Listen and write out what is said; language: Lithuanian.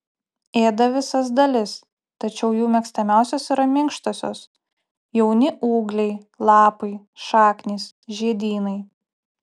ėda visas dalis tačiau jų mėgstamiausios yra minkštosios jauni ūgliai lapai šaknys žiedynai